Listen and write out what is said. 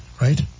Right